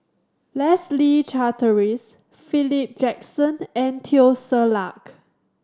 Leslie Charteris Philip Jackson and Teo Ser Luck